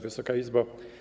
Wysoka Izbo!